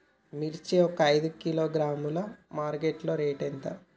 మిర్చి ఒక ఐదు కిలోగ్రాముల మార్కెట్ లో రేటు ఎంత?